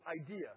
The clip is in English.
idea